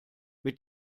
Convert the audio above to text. mit